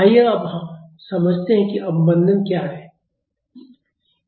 आइए अब समझते हैं कि अवमंदन क्या है